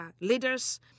leaders